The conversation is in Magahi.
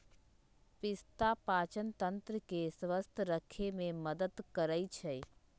पिस्ता पाचनतंत्र के स्वस्थ रखे में मदद करई छई